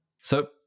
So-